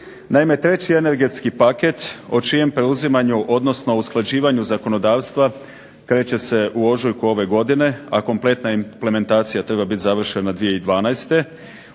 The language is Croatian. Naime, treći energetski paket o čijem preuzimanju odnosno usklađivanju zakonodavstva kreće se u ožujku ove godine, a kompletna implementacija treba biti završena 2012.